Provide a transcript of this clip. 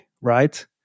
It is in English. right